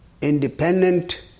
Independent